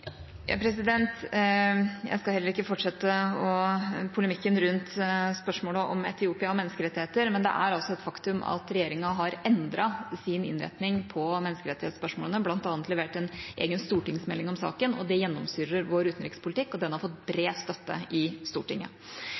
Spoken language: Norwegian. skal heller ikke fortsette polemikken rundt spørsmålet om Etiopia og menneskerettigheter, men det er et faktum at regjeringa har endret sin innretning på menneskerettighetsspørsmålene. Vi har bl.a. levert en egen stortingsmelding om saken, det gjennomsyrer vår utenrikspolitikk, og den har fått bred støtte i Stortinget.